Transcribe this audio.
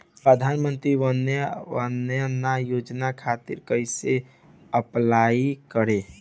प्रधानमंत्री वय वन्द ना योजना खातिर कइसे अप्लाई करेम?